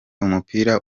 umupira